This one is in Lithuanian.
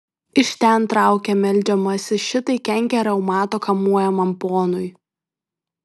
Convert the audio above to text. iš ten traukia meldžiamasis šitai kenkia reumato kamuojamam ponui